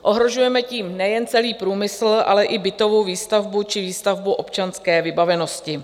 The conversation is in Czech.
Ohrožujeme tím nejen celý průmysl, ale i bytovou výstavbu či výstavbu občanské vybavenosti.